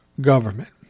government